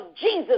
Jesus